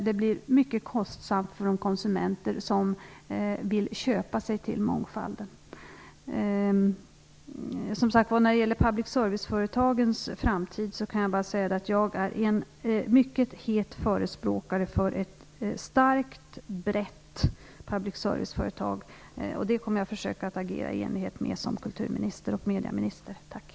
Det blir mycket kostsamt för de konsumenter som vill köpa sig till mångfalden. När det gäller public service-företagens framtid vill jag säga att jag är en mycket het förespråkare för ett starkt och brett public service-företag. Som kulturminister och mediaminister kommer jag att försöka agera i enlighet med det.